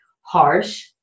Harsh